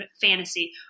fantasy